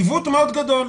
עיוות מאוד גדול.